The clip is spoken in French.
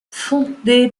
fondé